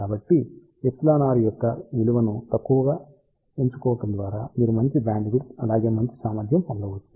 కాబట్టి εr యొక్క విలువను తక్కువగా ఎంచుకోవడం ద్వారా మీరు మంచి బ్యాండ్విడ్త్ అలాగే మంచి సామర్థ్యం పొందవచ్చు